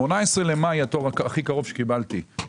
18 במאי התור הכי קרוב שקיבלתי.